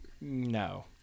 No